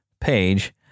page